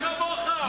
כמוך.